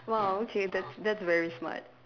!wah! okay that's that's very smart